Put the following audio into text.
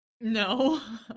No